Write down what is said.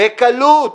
בקלות,